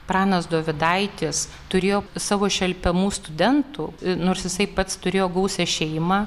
pranas dovydaitis turėjo savo šelpiamų studentų nors jisai pats turėjo gausią šeimą